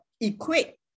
equate